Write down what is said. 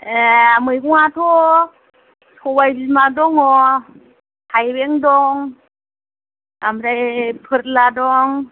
ए मैगंआथ' सबाइ बिमा दङ थाइबें दं आमफ्राय फोरला दं